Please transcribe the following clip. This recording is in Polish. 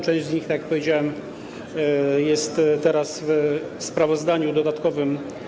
Część z nich, tak jak powiedziałem, jest teraz ujęta w sprawozdaniu dodatkowym.